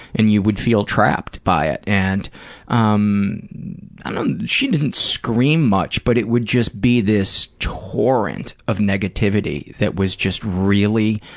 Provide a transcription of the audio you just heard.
and you would feel trapped by it. and um and she didn't scream much but it would just be this torrent of negativity that was just really.